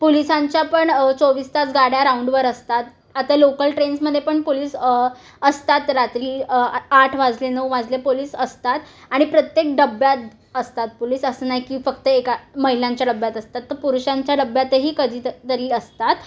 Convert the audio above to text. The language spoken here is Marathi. पुलिसांच्या पण चोवीस तास गाड्या राऊंडवर असतात आता लोकल ट्रेन्समध्ये पण पुलिस असतात रात्री आठ वाजले नऊ वाजले पोलीस असतात आणि प्रत्येक डब्यात असतात पुलिस असं नाई की फक्त एका महिलांच्या डब्यात असतात तर पुरुषांच्या डब्यातही कधीतरी असतात